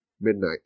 midnight